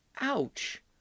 Ouch